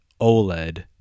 OLED